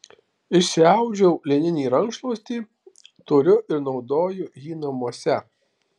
išsiaudžiau lininį rankšluostį turiu ir naudoju jį namuose